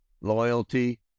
loyalty